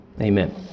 amen